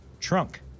Trunk